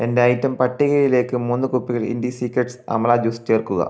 എന്റെ ഐറ്റം പട്ടികയിലേക്ക് മൂന്ന് കുപ്പികൾ ഇൻഡി സീക്രെറ്റ്സ് അമല ജ്യൂസ് ചേർക്കുക